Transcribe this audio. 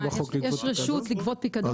יש רשות לגבות פיקדון.